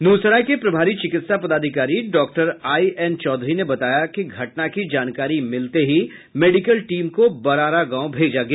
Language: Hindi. नूरसराय के प्रभारी चिकित्सा पदाधिकारी डॉक्टर आईएन चौधरी ने बताया कि घटना की जानकारी मिलते ही मेडिकल टीम को बड़ारा गांव भेजा गया